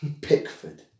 Pickford